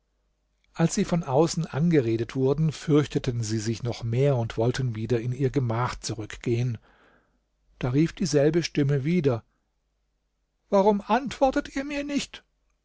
als sie von außen angeredet wurden fürchteten sie sich noch mehr und wollten wieder in ihr gemach zurückgehen da rief dieselbe stimme wieder warum antwortet ihr mir nicht